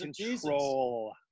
control